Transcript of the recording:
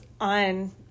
on